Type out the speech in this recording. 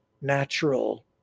natural